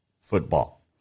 football